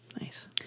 Nice